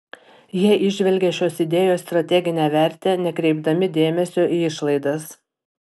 jie įžvelgė šios idėjos strateginę vertę nekreipdami dėmesio į išlaidas